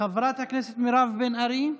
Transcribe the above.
חברת הכנסת מירב בן ארי,